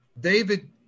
David